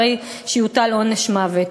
הרי שיוטל עונש מוות.